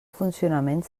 funcionament